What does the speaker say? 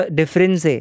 difference